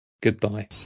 Goodbye